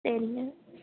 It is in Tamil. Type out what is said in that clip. சரிங்க